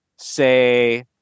say